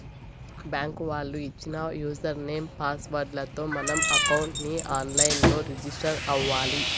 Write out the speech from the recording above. bank వాళ్ళు ఇచ్చిన user name, password లతో మనం అకౌంట్ ని ఆన్ లైన్ లో రిజిస్టర్ అవ్వాలి